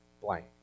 blank